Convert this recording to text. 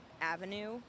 avenue